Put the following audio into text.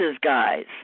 guys